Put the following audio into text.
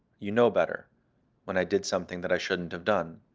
you know better when i did something that i shouldn't have done,